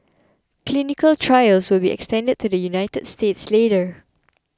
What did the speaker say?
clinical trials will be extended to the United States later